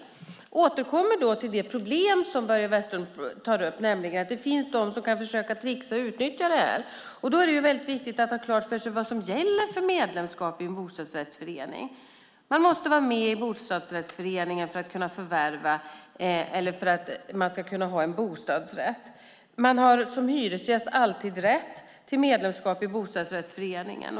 Jag återkommer då till det problem som Börje Vestlund tar upp, nämligen att det finns de som kan försöka tricksa och utnyttja det här. Då är det väldigt viktigt att ha klart för sig vad som gäller för medlemskap i en bostadsrättsförening. Man måste vara med i bostadsrättsföreningen för att kunna ha en bostadsrätt. Man har som hyresgäst alltid rätt till medlemskap i bostadsrättsföreningen.